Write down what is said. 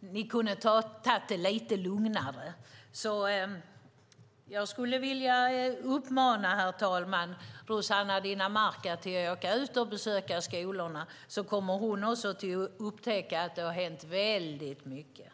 vi kunde ha tagit det lite lugnare. Herr talman! Jag vill uppmana Rossana Dinamarca att åka ut och besöka skolorna. Då kommer hon också att upptäcka att det har hänt väldigt mycket.